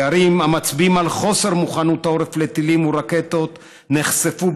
הפערים המצביעים על חוסר מוכנות העורף לטילים ולרקטות נחשפו